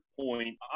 point